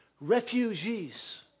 refugees